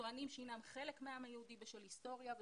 טוענים שהם חלק מהעם היהודי בשל היסטוריה ושורשים,